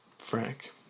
Frank